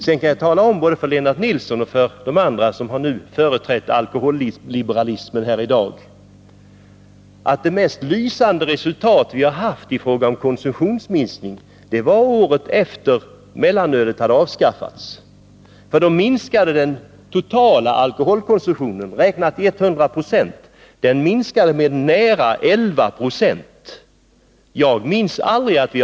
Vidare kan jag tala om för både Lennart Nilsson och de andra som har företrätt alkoholliberalismen här i dag att det mest lysande resultat vi har haft i fråga om konsumtionsminskning kom året efter det att mellanölet hade avskaffats. Då minskade den totala alkoholkonsumtionen, räknat i 100 procentig alkohol, med nära 11 96.